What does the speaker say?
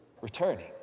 returning